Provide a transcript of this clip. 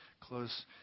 close